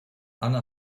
anne